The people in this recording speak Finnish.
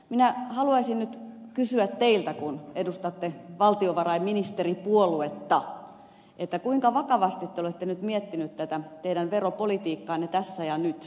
minä haluaisin nyt kysyä teiltä kun edustatte valtiovarainministeripuoluetta kuinka vakavasti te olette nyt miettinyt tätä teidän veropolitiikkaanne tässä ja nyt